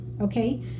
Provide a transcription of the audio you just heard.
Okay